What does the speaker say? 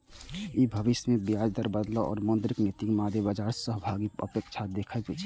ई भविष्य मे ब्याज दर बदलाव आ मौद्रिक नीतिक मादे बाजार सहभागीक अपेक्षा कें देखबै छै